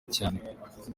cyane